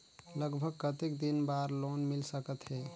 लगभग कतेक दिन बार लोन मिल सकत हे?